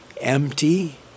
empty